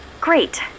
Great